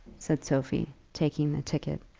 said sophie, taking the ticket.